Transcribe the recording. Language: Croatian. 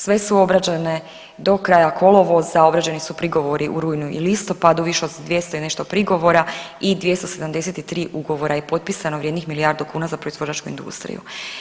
Sve su obrađene do kraja kolovoza, obrađeni su prigovori u rujnu i listopadu, više od 200 i nešto prigovora i 273 ugovora je potpisano vrijednih milijardu kuna za proizvođačku industriju.